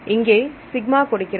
இங்கே சிக்மா கொடுக்கிறது